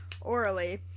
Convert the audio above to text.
orally